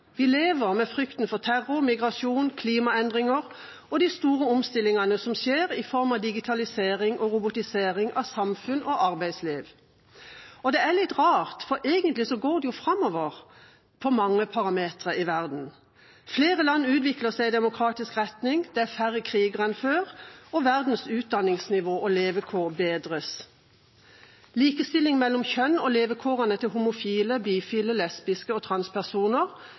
Vi lever med frykten for terror, migrasjon, klimaendringer og de store omstillingene som skjer i form av digitalisering og robotisering av samfunn og arbeidsliv. Og det er litt rart, for egentlig går det framover på mange parametere i verden. Flere land utvikler seg i demokratisk retning, det er færre kriger enn før, og verdens utdanningsnivå og levekår bedres. Likestillingen mellom kjønn og levekårene til homofile, bifile, lesbiske og transpersoner